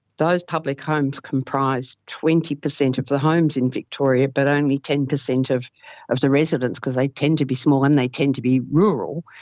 those public homes comprise twenty percent of the homes in victoria but only ten percent of of the residents because they tend to be small and they tend to be rural.